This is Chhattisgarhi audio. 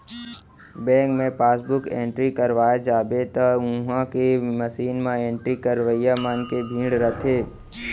बेंक मे पासबुक एंटरी करवाए जाबे त उहॉं के मसीन म एंट्री करवइया मन के भीड़ रथे